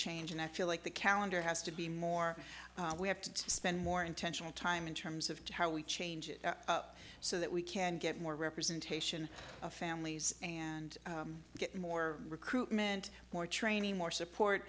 change and i feel like the calendar has to be more we have to spend more intentional time in terms of how we change it up so that we can get more representation of families and get more recruitment more training more support